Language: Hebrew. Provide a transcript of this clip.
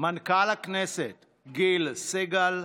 מנכ"ל הכנסת גיל סגל,